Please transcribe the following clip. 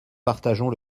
partageons